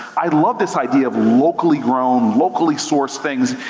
i love this idea of locally grown, locally sourced things.